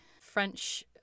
French